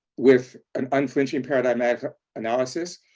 with an unflinching paradigmatic analysis,